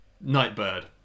Nightbird